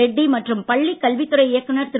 ரெட்டி மற்றும் பள்ளிக்கல்வித்துறை இயக்குநர் திரு